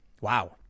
Wow